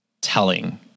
telling